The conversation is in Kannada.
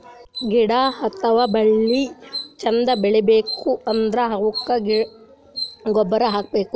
ಗಿಡ ಅಥವಾ ಬೆಳಿ ಚಂದ್ ಬೆಳಿಬೇಕ್ ಅಂದ್ರ ಅವುಕ್ಕ್ ಗೊಬ್ಬುರ್ ಹಾಕ್ಬೇಕ್